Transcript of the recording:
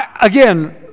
Again